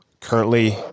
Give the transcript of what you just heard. currently